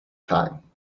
time